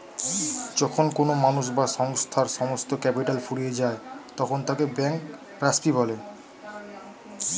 যখন কোনো মানুষ বা সংস্থার সমস্ত ক্যাপিটাল ফুরিয়ে যায় তখন তাকে ব্যাঙ্করাপ্সি বলে